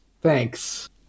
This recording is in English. thanks